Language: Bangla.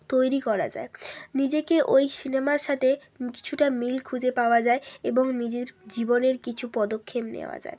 তৈরি করা যায় নিজেকে ওই সিনেমার সাথে কিছুটা মিল খুঁজে পাওয়া যায় এবং নিজের জীবনের কিছু পদক্ষেপ নেওয়া যায়